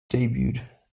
debuted